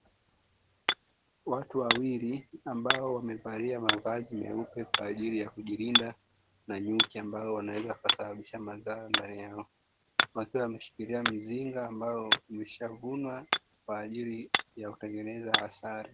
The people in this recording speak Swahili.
Watu wawili ambao wamevalia mavazi meupe kwa ajili ya kujilinda na nyuki, ambao wanaweza kusababisha madhara, wakiwa wameshikilia mizinga iliyokwisha kuvunwa kwa ajili ya kutengeneza asali.